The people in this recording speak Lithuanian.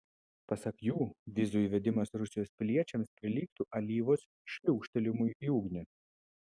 pasak jų vizų įvedimas rusijos piliečiams prilygtų alyvos šliūkštelėjimui į ugnį